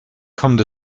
kommt